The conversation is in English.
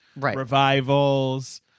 revivals